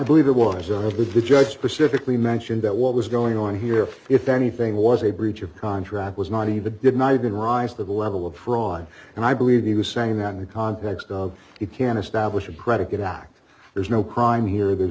believe the waters of the judge specifically mentioned that what was going on here if anything was a breach of contract was not even did not even rise to the level of fraud and i believe he was saying that in the context of you can establish a predicate act there's no crime here there's